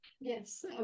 Yes